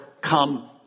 come